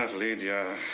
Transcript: lydia!